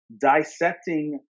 dissecting